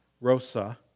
Rosa